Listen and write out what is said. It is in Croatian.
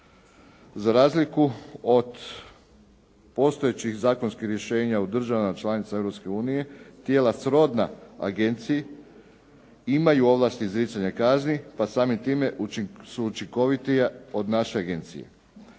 Za razliku od postojećih zakonskih rješenja u državama članicama Europske unije tijela srodna agenciji imaju ovlasti izricanja kazni pa samim time su učinkovitija od naše agencije.